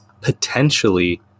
potentially